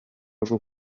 rwo